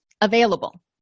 available